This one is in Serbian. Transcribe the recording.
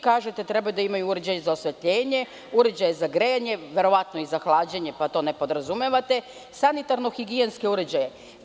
Kažete da treba da imaju uređaj za osvetljenje, uređaje za grejanje, verovatno i za glađenje, pa to ne podrazumevate, sanitarno higijenske uređaje.